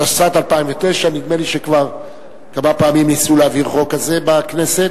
התשס"ט 2009. נדמה לי שכבר כמה פעמים ניסו להעביר חוק כזה בכנסת.